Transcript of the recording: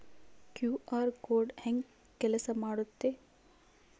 QR code ಹೆಂಗ ಕೆಲಸ ಮಾಡುತ್ತೆ?